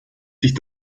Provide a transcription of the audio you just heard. sich